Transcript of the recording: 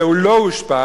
והוא לא אושפז,